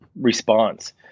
response